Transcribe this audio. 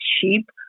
cheap